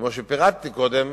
כפי שפירטתי קודם,